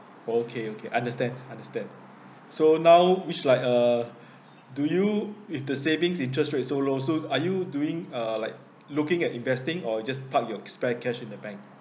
okay okay understand understand so now which like uh do you if the savings interest rates so low so are you doing uh like looking at investing or just park your spare cash in the bank